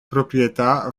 proprietà